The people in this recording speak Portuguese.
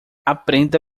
aprenda